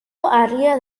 haría